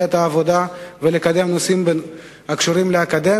את העבודה ולקדם נושאים הקשורים לאקדמיה,